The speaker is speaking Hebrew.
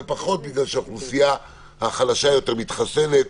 פחות בגלל שהאוכלוסייה החלשה יותר מתחסנת,